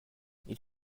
ils